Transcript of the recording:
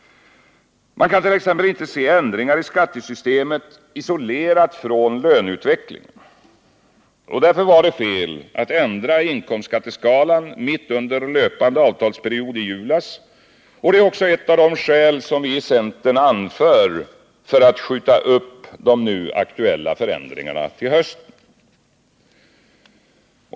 Man kan t.ex. inte se ändringar i skattesystemet isolerat från löneutvecklingen. Därför var det fel att ändra inkomstskatteskalan mitt under löpande avtalsperiod i julas. Det är också ett av de skäl som vi i centern anför för att skjuta upp de nu aktuella förändringarna till hösten.